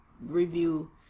review